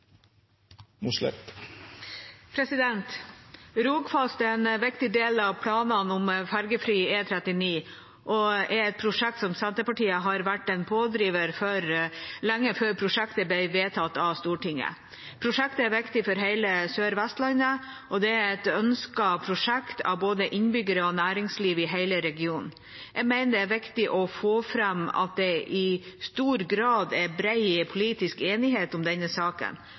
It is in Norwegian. Rogfast er en viktig del av planene om ferjefri E39 og er et prosjekt som Senterpartiet har vært en pådriver for lenge før det ble vedtatt av Stortinget. Prosjektet er viktig for hele Sør-Vestlandet, og det er et prosjekt ønsket av både innbyggere og næringsliv i hele regionen. Jeg mener det er viktig å få fram at det i stor grad er bred politisk enighet om denne saken.